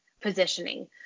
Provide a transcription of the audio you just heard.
positioning